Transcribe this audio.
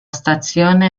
stazione